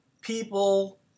people